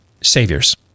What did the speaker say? saviors